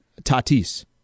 Tatis